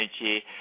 energy